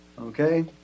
okay